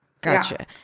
gotcha